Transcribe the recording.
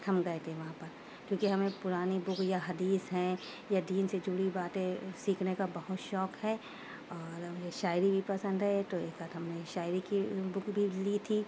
ہم گئے تھے وہاں پر کیونکہ ہمیں پرانی بک یا حدیث ہیں یا دین سے جڑی باتیں سیکھنے کا بہت شوق ہے اور شاعری بھی پسند ہے تو ایک آدھ ہم نے شاعری کی بک بھی لی تھی